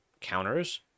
counters